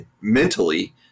mentally